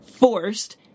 forced